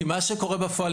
מה שקורה בפועל,